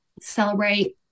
celebrate